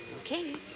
Okay